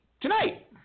Tonight